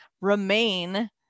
remain